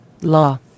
Law